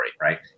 Right